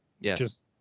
Yes